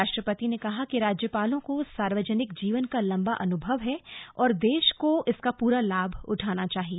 राष्ट्रपति ने कहा कि राज्यपालों को सार्वजनिक जीवन का लम्बा अनुभव है और देश को इसका पूरा लाभ उठाना चाहिए